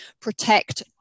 protect